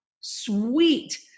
sweet